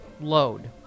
load